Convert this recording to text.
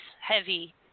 heavy